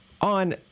on